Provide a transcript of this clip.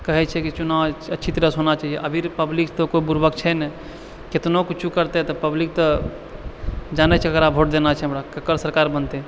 कहै छै की चुनाव अच्छी तरहसँ होना चाहिए अभी भी पब्लिक तऽ कोई बुरबक छै नहि कितनो किछो करतै तऽ पब्लिक तऽ जानै छै ककरा वोट देना छै हमरा ककर सरकार बनतै